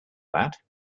that